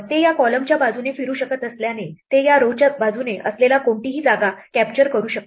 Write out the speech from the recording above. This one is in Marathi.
ते या columnच्या बाजूने फिरू शकत असल्याने ते या row च्या बाजूने असलेला कोणताही जागा कॅप्चर करू शकते